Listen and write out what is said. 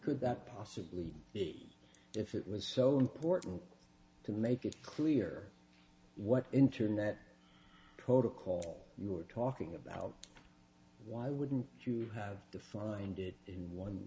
could that possibly be if it was so important to make it clear what internet protocol you were talking about why wouldn't you have to find it in one